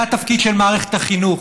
זה התפקיד של מערכת החינוך.